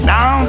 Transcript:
Now